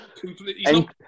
completely